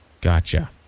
Gotcha